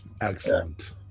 Excellent